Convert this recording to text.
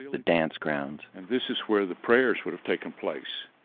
the dance grounds, and this is where the prayers would have taken place.